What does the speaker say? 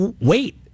wait